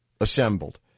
assembled